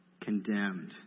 condemned